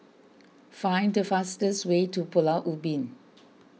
find the fastest way to Pulau Ubin